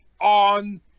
on